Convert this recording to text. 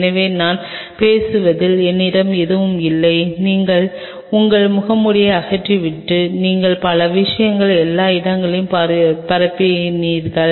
எனவே நான் பேசுவதால் என்னிடம் எதுவும் இல்லை நீங்கள் உங்கள் முகமூடியை அகற்றிவிட்டு நீங்கள் பல விஷயங்களை எல்லா இடங்களிலும் பரப்பினீர்கள்